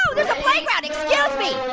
whoa! there is a playground. excuse me.